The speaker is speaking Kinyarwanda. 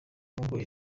mugo